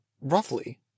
roughly